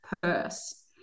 purse